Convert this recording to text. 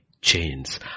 chains